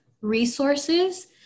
resources